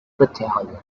battalion